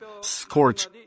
scorch